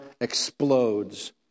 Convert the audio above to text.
explodes